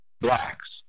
blacks